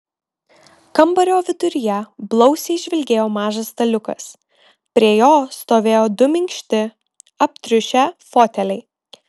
kambario viduryje blausiai žvilgėjo mažas staliukas prie jo stovėjo du minkšti aptriušę foteliai